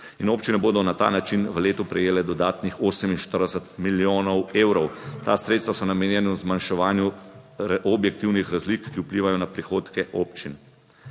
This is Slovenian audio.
in občine bodo na ta način v letu prejele dodatnih 48 milijonov evrov. Ta sredstva so namenjena zmanjševanju objektivnih razlik, ki vplivajo na prihodke občin.